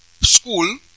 school